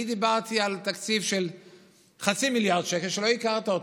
אני דיברתי על תקציב של חצי מיליארד שקל שלא הכרת אותו.